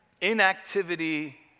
inactivity